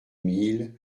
mille